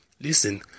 Listen